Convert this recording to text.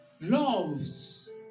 loves